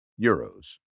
euros